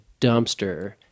dumpster